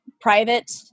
private